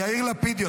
יאיר לפיד יודע,